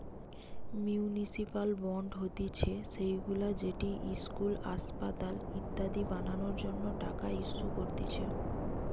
municipal bond হতিছে সেইগুলা যেটি ইস্কুল, আসপাতাল ইত্যাদি বানানোর জন্য টাকা ইস্যু করতিছে